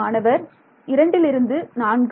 மாணவர் 2 ல் இருந்து 4